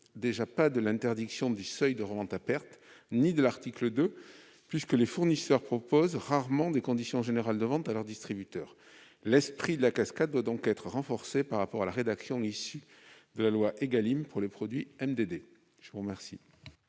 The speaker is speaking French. soumis à l'interdiction du seuil de revente à perte ni aux dispositions de l'article 2, puisque les fournisseurs proposent rarement des conditions générales de vente à leur distributeur. L'esprit du système de la cascade doit donc être renforcé par rapport à la rédaction issue de la loi Égalim pour les produits MDD. La parole